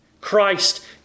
Christ